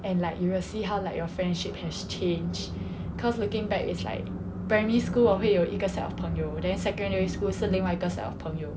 and like you will see how like your friendship has changed cause looking back it's like primary school 我会有一个 set of 朋友 then secondary school 是另外一个 set of 朋友